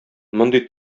мондый